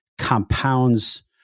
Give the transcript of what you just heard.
compounds